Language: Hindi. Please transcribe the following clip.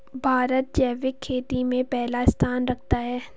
भारत जैविक खेती में पहला स्थान रखता है